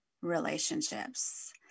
relationships